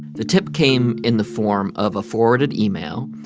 the tip came in the form of a forwarded email.